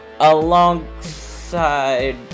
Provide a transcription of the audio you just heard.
Alongside